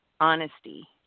honesty